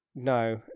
No